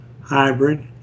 hybrid